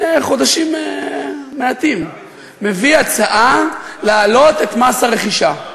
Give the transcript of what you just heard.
לפני חודשים מעטים, הצעה להעלות את מס הרכישה,